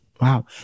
Wow